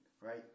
right